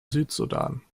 südsudan